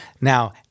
Now